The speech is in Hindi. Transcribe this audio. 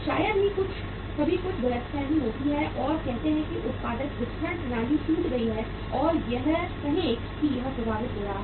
शायद ही कभी कुछ गलतफहमी होती है और कहते हैं कि उत्पादक वितरण प्रणाली टूट गई है या यह कहें कि यह प्रभावित हो रहा है